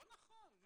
לא נכון.